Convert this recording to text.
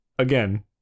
Again